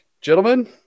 Gentlemen